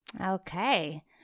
Okay